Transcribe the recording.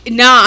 no